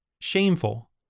shameful